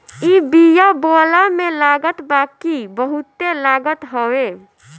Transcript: इ बिया बोअला में लागत बाकी बहुते लागत हवे